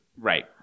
Right